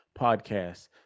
podcast